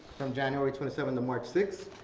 from january twenty seventh to march sixth,